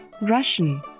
Russian